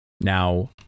Now